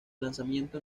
lanzamiento